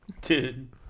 Dude